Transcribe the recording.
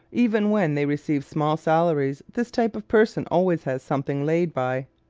even when they receive small salaries this type of person always has something laid by.